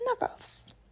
Knuckles